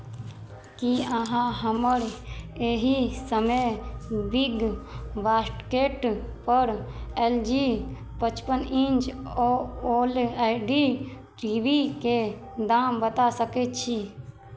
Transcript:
की अहाँ हमर एहि समय बिग बाॅस्केटपर एल जी पचपन inch O O O L I D T V के दाम बता सकैत छी